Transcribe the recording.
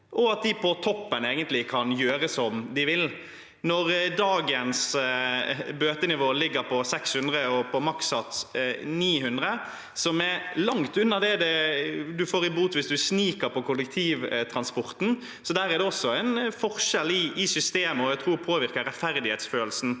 og at de på toppen egentlig kan gjøre som de vil. Dagens bøtenivå ligger på 600 kr, med makssats på 900 kr, som er langt under det man får i bot hvis man sniker på kollektivtransporten, så der er det også en forskjell i systemet som jeg tror påvirker rettferdighetsfølelsen